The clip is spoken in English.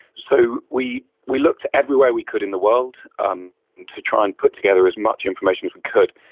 so we we looked everywhere we could in the world um to try and put together as much information as we could.